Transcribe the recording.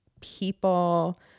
people